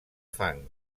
fang